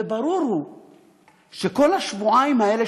וברור הוא שכל השבועיים האלה,